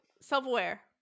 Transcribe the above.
self-aware